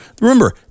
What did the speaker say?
Remember